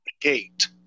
gate